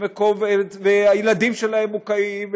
הילדים שלהם מוקעים,